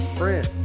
friend